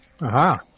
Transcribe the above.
Aha